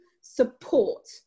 support